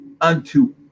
unto